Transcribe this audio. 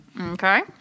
Okay